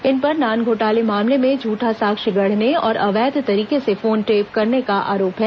इन पर नान घोटाले मामले में झूठा साक्ष्य गढ़ने और अवैध तरीके से फोन टेप करने का आरोप है